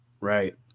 Right